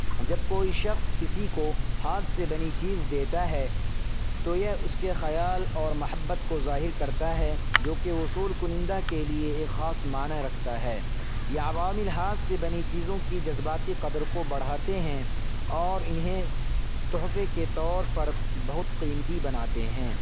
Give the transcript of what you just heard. جب کوئی شخص کسی کو ہاتھ سے بنی چیز دیتا ہے تو یہ اس کے خیال اور محبت کو ظاہر کرتا ہے جو کہ اصولِ کنندہ کے لیے ایک خاص معنی رکھتا ہے یہ عوامل ہاتھ سے بنی چیزوں کی جذباتی قدر کو بڑھاتے ہیں اور انہیں تحفے کے طور پر بہت قیمتی بناتے ہیں